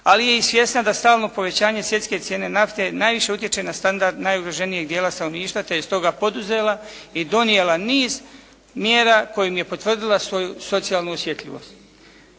ali je i svjesna da stalno povećanje svjetske cijene nafte najviše utječe na standard najugroženijeg dijela stanovništva te je stoga poduzela i donijela niz mjera kojom je potvrdila svoju socijalnu osjetljivost.